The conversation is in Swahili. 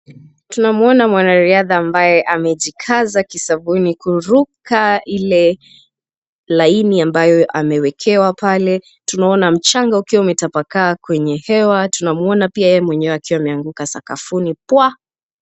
Tunamuona mwanariadha ambaye amejikaza kisabuni kuruka ile laini ambayo amewekewa pale. Tunaona mchanga ukiwa umetapakaa kwenye hewa. Tunamuona pia yeye mwenyewe akiwa ameanguka sakafuni pwa.